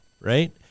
right